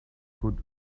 could